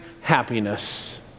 happiness